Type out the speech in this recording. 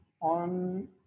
on